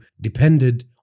depended